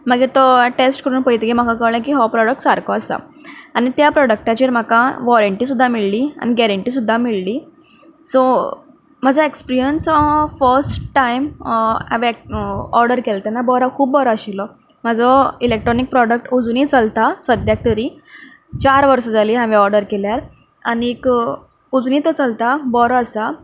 मागीर तो टॅस्ट करून पळयतकच म्हाका कळ्ळें की हो प्रॉडक्ट सारको आसा आनी त्या प्रॉडक्टाचेर म्हाका वॉरंटी सुद्दां मेळ्ळी आनी गॅरंटी सुद्दां मेळ्ळी सो म्हजो एक्सपिरियंस हो फर्स्ट टायम हांवें हो ऑर्डर केलो तेन्ना बरो खूब बरो आशिल्लो म्हजो इलॅक्ट्रोनीक प्रॉडक्ट अजुनय चलता सद्याक तरी चार वर्सां जाली हांवें ऑर्डर केल्यार आनी अजुनय तो चलता बरो आसा